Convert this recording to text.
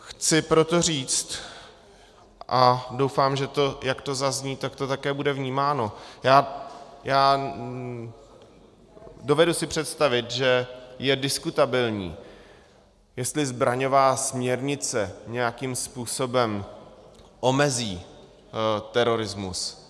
Chci proto říct, a doufám, že jak to zazní, tak to také bude vnímáno, dovedu si představit, že je diskutabilní, jestli zbraňová směrnice nějakým způsobem omezí terorismus.